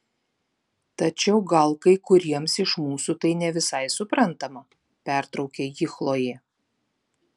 tačiau gal kai kuriems iš mūsų tai ne visai suprantama pertraukė jį chlojė